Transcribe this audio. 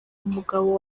umugabo